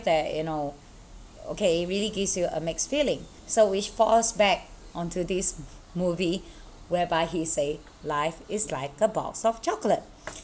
that you know okay it really gives you a mixed feeling so which falls back onto this movie whereby he said life is like a box of chocolate